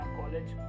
college